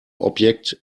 objekt